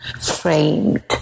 Framed